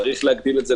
צריך להגדיל אותה,